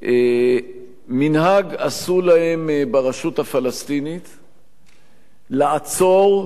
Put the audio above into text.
מנהג עשו להם ברשות הפלסטינית לעצור, לכלוא,